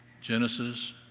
Genesis